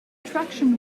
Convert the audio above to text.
traction